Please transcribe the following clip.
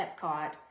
Epcot